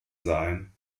sein